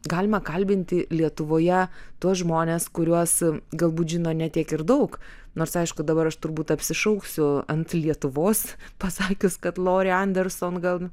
galima kalbinti lietuvoje tuos žmones kuriuos galbūt žino ne tiek ir daug nors aišku dabar aš turbūt apsišauksiu ant lietuvos pasakius kad lori anderson gal